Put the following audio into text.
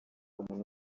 umuntu